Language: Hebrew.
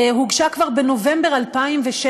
הוגשה כבר בנובמבר 2016,